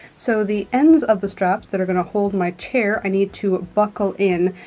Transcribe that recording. so the ends of the straps that are going to hold my chair, i need to buckle in.